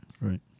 right